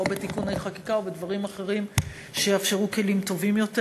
בתיקוני חקיקה או בדברים אחרים שיאפשרו כלים טובים יותר.